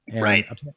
Right